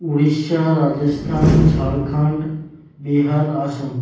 Orissa Rajasthan Jharkhand Bihar Assam